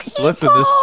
Listen